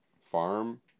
farm